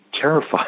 terrified